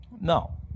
No